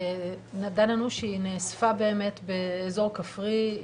נודע לנו שהיא נאספה באזור כפרי,